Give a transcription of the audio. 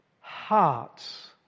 hearts